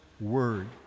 word